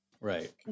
Right